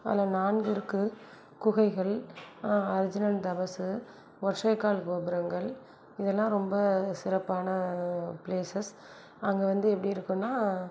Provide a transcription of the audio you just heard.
அதில் நான்கு இருக்கு குகைகள் அர்ஜுனன் தபசு ஒற்றைக் கால் கோபுரங்கள் இதெல்லாம் ரொம்ப சிறப்பான பிளேசஸ் அங்கே வந்து எப்படி இருக்கும்னா